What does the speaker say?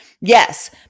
Yes